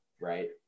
right